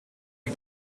het